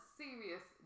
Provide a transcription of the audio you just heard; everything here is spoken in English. serious